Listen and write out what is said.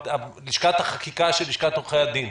לשכת החקיקה של לשכת עורכי הדין.